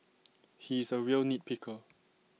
he is A real nit picker